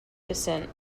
descent